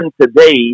today